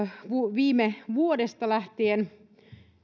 viime vuodesta lähtien